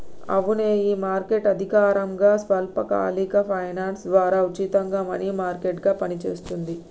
అవునే ఈ మార్కెట్ అధికారకంగా స్వల్పకాలిక ఫైనాన్స్ ద్వారా ఉచితంగా మనీ మార్కెట్ గా పనిచేస్తుంది